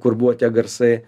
kur buvo tie garsai